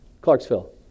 Clarksville